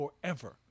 forever